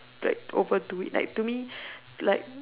like overdo it like to me like